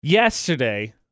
Yesterday